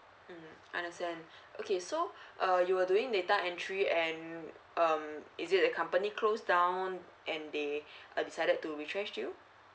um understand okay so uh you were doing data entry and um is it the company close down and they uh decided to retrench you